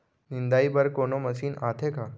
निंदाई बर कोनो मशीन आथे का?